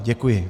Děkuji.